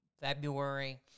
February